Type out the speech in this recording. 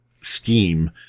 scheme